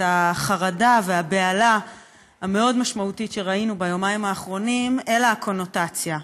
החרדה והבהלה המאוד-משמעותית שראינו ביומיים האחרונים אלא הקונוטציה.